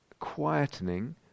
quietening